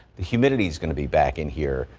the humidity's going to be back in here,